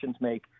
make